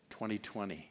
2020